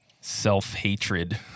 self-hatred